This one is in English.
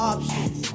Options